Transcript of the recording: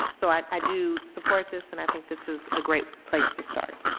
so i i do support this and i think this is a great place to start.